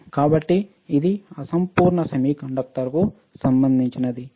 కాబట్టి ఇది అసంపూర్ణ సెమీకండక్టర్కు సంబంధించినది